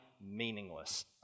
meaningless